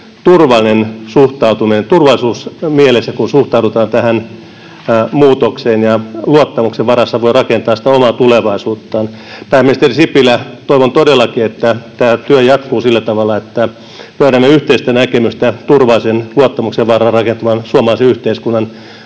kansalaisilla on turvallisuus mielessä, kun suhtaudutaan tähän muutokseen, ja luottamuksen varassa voi rakentaa sitä omaa tulevaisuuttaan. Pääministeri Sipilä, toivon todellakin, että tämä työ jatkuu sillä tavalla, että löydämme yhteistä näkemystä turvallisen, luottamuksen varaan rakentuvan suomalaisen yhteiskunnan, murroksen